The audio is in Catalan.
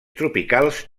tropicals